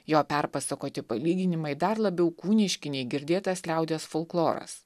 jo perpasakoti palyginimai dar labiau kūniški nei girdėtas liaudies folkloras